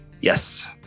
Yes